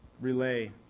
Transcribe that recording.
relay